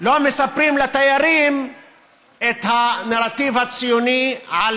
לא מספרים לתיירים את הנרטיב הציוני על